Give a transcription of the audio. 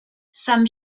some